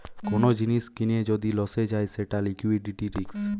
কোন জিনিস কিনে যদি লসে যায় সেটা লিকুইডিটি রিস্ক